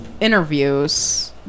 interviews